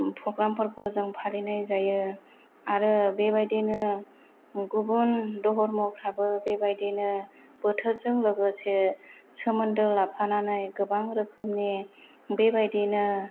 programme फोरखौ जों फालिनाय जायो आरो बेबायदिनो गुबुन धर्म'फ्राबो बोथोरजों लोगोसे सोमोन्दो लाफानानै गोबां रोखोमनि बेबायदिनो